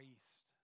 East